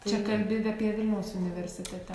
čia kalbi apie vilniaus universitete